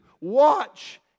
watch